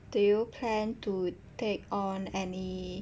do you plan to take on any